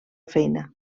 feina